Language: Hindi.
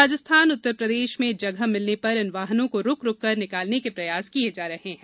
राजस्थान उत्तरप्रदेश में जगह मिलने पर इन वाहनों को रूक रूककर निकालने के प्रयास किये जा रहे हैं